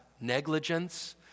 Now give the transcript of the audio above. negligence